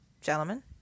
Gentlemen